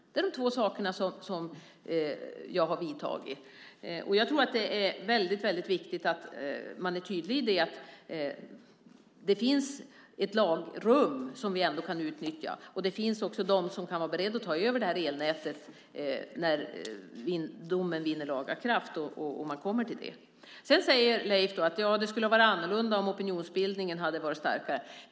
Detta är vad jag har gjort. Det är väldigt viktigt att vi är tydliga med att det finns ett lagrum som vi kan utnyttja och att det också finns bolag som kan ta över det här elnätet när domen vinner laga kraft. Sedan säger Leif att det skulle ha varit annorlunda om opinionsbildningen hade varit starkare.